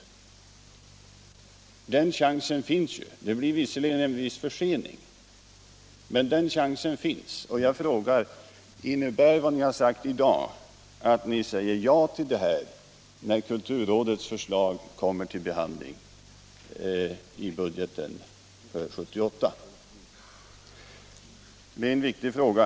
Det blir visserligen en mindre försening, men chansen finns. Innebär vad ni har sagt i dag att ni säger ja, när kulturrådets förslag kommer upp till behandling för budgeten 1978? Det är en viktig fråga.